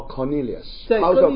Cornelius